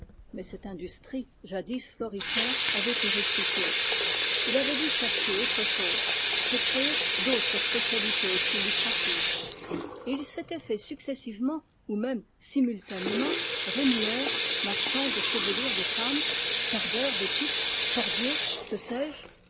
mais cette industrie jadis florissante avait périclité il avait dû chercher autre chose se créer d'autres spécialités plus lucratives et il s'était fait successivement ou même simultanément rémouleur marchand de chevelures de femmes cardeur d'étoupes cordier que sais-je